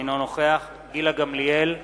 אינו נוכח גילה גמליאל,